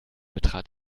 betrat